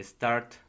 Start